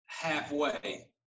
halfway